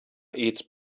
eats